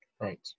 Right